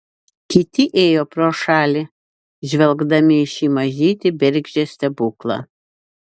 kiti ėjo pro šalį žvelgdami į šį mažytį bergždžią stebuklą